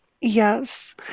Yes